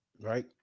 Right